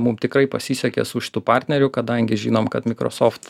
mum tikrai pasisekė su šitu partneriu kadangi žinom kad mikrosoft